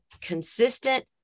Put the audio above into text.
consistent